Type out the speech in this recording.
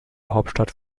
hauptstadt